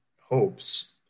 hopes